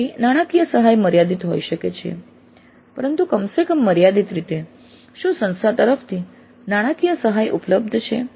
તેથી નાણાકીય સહાય મર્યાદિત હોઈ શકે છે પરંતુ કમ સે કમ મર્યાદિત રીતે શું સંસ્થા તરફથી નાણાકીય સહાય ઉપલબ્ધ છે